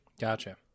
Gotcha